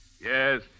Yes